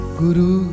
guru